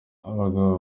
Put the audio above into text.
abagabo